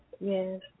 Yes